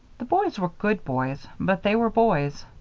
the boys were good boys, but they were boys.